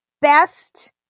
best